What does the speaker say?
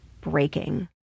breaking